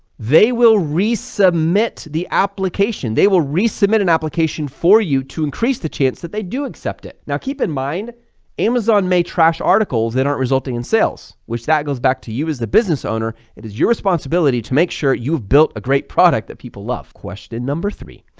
they will resubmit the application, they will resubmit an application for you to increase the chance that they do accept it. now, keep in mind amazon may trash articles that aren't resulting in sales which that goes back to you as the business owner. it is your responsibility to make sure you've built a great product that people love. question number three,